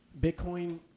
Bitcoin